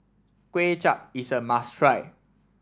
Kway Chap is a must try